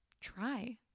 try